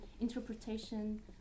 interpretation